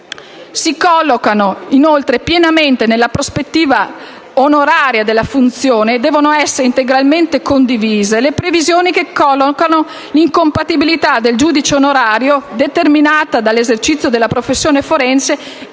Si collocano, poi, pienamente nella prospettiva onoraria della funzione e devono essere, quindi, integralmente condivise le previsioni che collocano la incompatibilità del giudice onorario determinata dall'esercizio della professione forense,